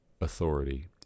authority